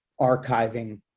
archiving